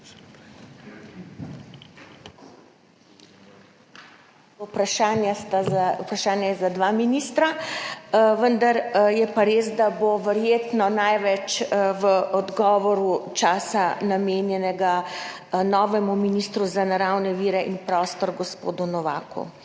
Vprašanje je za dva ministra, vendar je pa res, da bo verjetno v odgovoru največ časa namenjenega novemu ministru za naravne vire in prostor gospodu Novaku.